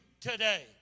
today